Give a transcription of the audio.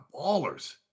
ballers